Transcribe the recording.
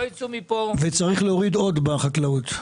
צריך להוריד עוד בחקלאות,